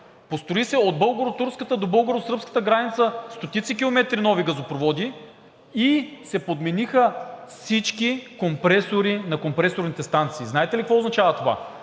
построиха се от българо-турската до българо-сръбската граница стотици километри нови газопроводи и се подмениха всички компресори на компресорните станции. Знаете ли какво означава това?